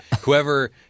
whoever